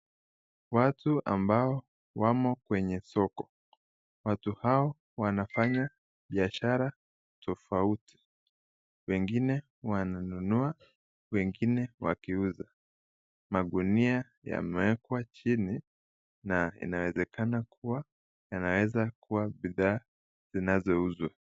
Watu ambao wamo kwenye soko. Watu hao wanafanya biashara tofauti. Wengine wananunua, wengine wakiuza. Magunia yamewekwa chini na inawezekana kuwa ,yanaweza kuwa bidhaa zinazouzwa.